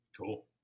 Cool